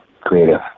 creative